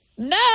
No